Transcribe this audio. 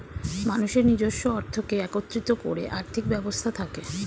মানুষের নিজস্ব অর্থকে একত্রিত করে আর্থিক ব্যবস্থা থাকে